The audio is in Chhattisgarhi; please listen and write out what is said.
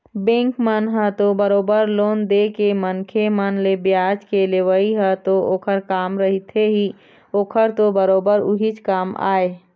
बेंक मन ह तो बरोबर लोन देके मनखे मन ले बियाज के लेवई ह तो ओखर काम रहिथे ही ओखर तो बरोबर उहीच काम आय